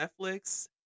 Netflix